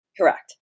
Correct